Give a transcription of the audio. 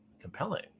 compelling